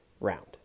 round